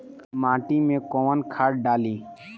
माटी में कोउन खाद डाली?